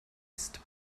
ist